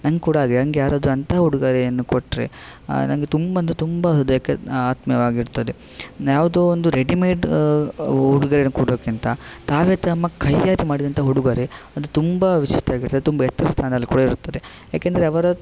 ನಂಗೆ ಕೂಡ ಹಾಗೆ ನಂಗೆ ಯಾರಾದರೂ ಅಂಥ ಉಡುಗೊರೆಯನ್ನು ಕೊಟ್ರೆ ನಂಗೆ ತುಂಬ ಅಂದರೆ ತುಂಬಾ ಹೃದಯಕ್ಕೆ ಆತ್ಮೀಯವಾಗಿರ್ತದೆ ಯಾವುದೋ ಒಂದು ರೆಡಿ ಮೇಡ್ ಉಡುಗೊರೆಯನ್ನು ಕೊಡೋಕ್ಕಿಂತ ತಾವೇ ತಮ್ಮ ಕೈಯಾರೆ ಮಾಡಿದಂಥ ಉಡುಗೊರೆ ಅದು ತುಂಬ ವಿಶಿಷ್ಟ ಘಟ ತುಂಬ ಎತ್ತರ ಸ್ಥಾನದಲ್ಲಿ ಕೂಡ ಇರುತ್ತದೆ ಏಕೆಂದರೆ ಅವರ